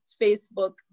Facebook